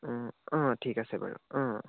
অঁ অঁ ঠিক আছে বাৰু অঁ